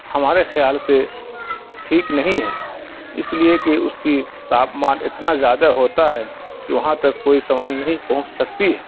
ہمارے خیال سے ٹھیک نہیں ہے اس لیے کہ اس کی تاپمان اتنا زیادہ ہوتا ہے کہ وہاں تک کوئی سامان نہیں پہنچ سکتی ہے